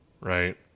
right